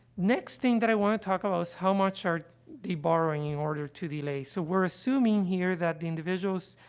next thing that i want to talk about is, how much are they borrowing in order to delay. so, we're assuming here that the individual's,